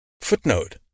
Footnote